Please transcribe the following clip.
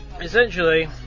Essentially